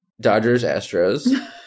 Dodgers-Astros